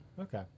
Okay